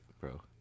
bro